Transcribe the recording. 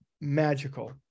magical